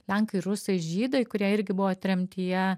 lenkai rusai žydai kurie irgi buvo tremtyje